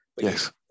Yes